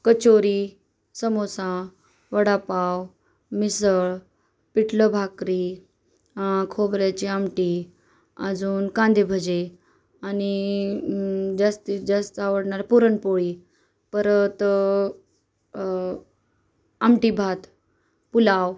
कचोरी समोसा वडापाव मिसळ पिठलं भाकरी खोबऱ्याची आमटी अजून कांदे भजे आणि जास्तीत जास्त आवडणारे पुरणपोळी परत आमटी भात पुलाव